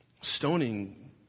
stoning